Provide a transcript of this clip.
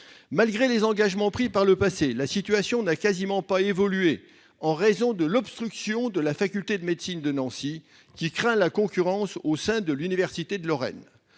Malgré les engagements pris par le passé, la situation n'a quasiment pas évolué, en raison de l'obstruction de la faculté de médecine de Nancy, qui craint la concurrence au sein de l'université de Lorraine.